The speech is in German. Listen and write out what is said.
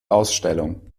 ausstellung